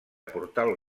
portal